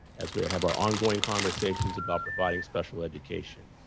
as we have our ongoing conversations about providing special education.